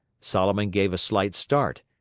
solomon gave a slight start,